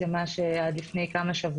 למה שהיה נפוץ ורווח בשוק עד לפני כמה שבועות.